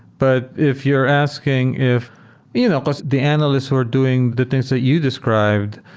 but if you're asking if you know but the analyst we're doing the things that you described.